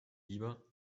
lieber